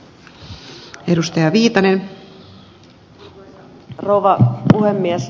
arvoisa rouva puhemies